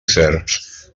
serps